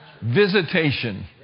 Visitation